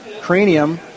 Cranium